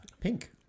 pink